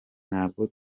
ntabwo